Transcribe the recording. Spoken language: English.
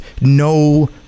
no